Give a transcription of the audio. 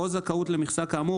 או זכאות למכסה כאמור,